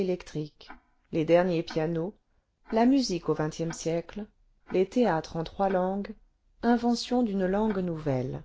électrique les derniers pianos la musique au xxc siècle les théâtres en trois langues invention d'une langue nouvelle